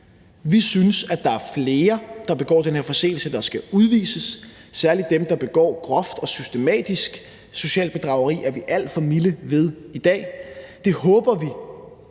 Vi synes, at flere af dem, der begår den her forseelse, skal udvises, og særlig dem, der begår groft og systematisk socialt bedrageri er vi alt for milde ved i dag. Det håber vi